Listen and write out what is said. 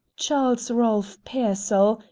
charles ralph pearsall,